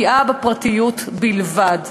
פגיעה בפרטיות בלבד,